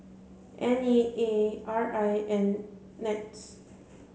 N E A R I and NETS